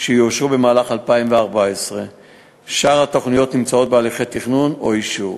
שיאושרו במהלך 2014. שאר התוכניות נמצאות בהליכי תכנון או אישור.